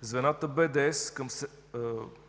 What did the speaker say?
Звената БДС към